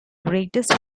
greatest